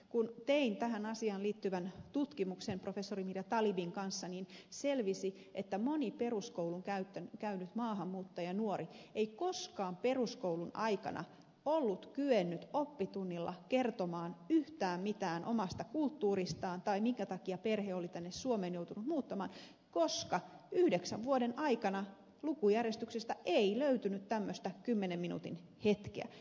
kun tein tähän asiaan liittyvän tutkimuksen professori mirja talibin kanssa niin selvisi että moni peruskoulun käynyt maahanmuuttajanuori ei koskaan peruskoulun aikana ollut kyennyt oppitunnilla kertomaan yhtään mitään omasta kulttuuristaan tai siitä minkä takia perhe oli tänne suomeen joutunut muuttamaan koska yhdeksän vuoden aikana lukujärjestyksestä ei löytynyt tämmöistä kymmenen minuutin hetkeä